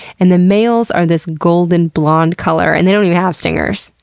and the males are this golden blond color and they don't even have stingers,